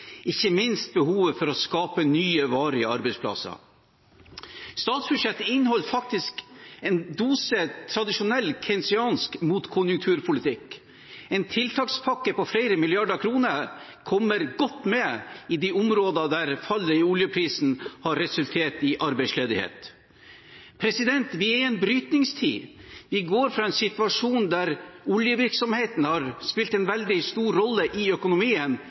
ikke minst behovet for å skape nye, varige arbeidsplasser. Statsbudsjettet inneholder faktisk en dose tradisjonell, keynesiansk motkonjunkturpolitikk. En tiltakspakke på flere milliarder kroner kommer godt med i de områdene der fallet i oljeprisen har resultert i arbeidsledighet. Vi er i en brytningstid. Vi går fra en situasjon der oljevirksomheten har spilt en veldig stor rolle i økonomien,